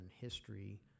history